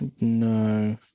No